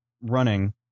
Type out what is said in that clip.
running